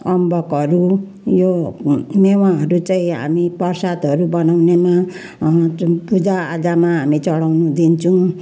अम्बकहरू यो मेवाहरू चाहिँ हामी प्रसादहरू बनाउनेमा जुन पूजाआजामा हामी चढाउन दिन्छौँ